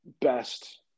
best